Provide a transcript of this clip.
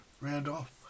Randolph